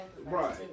Right